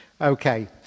Okay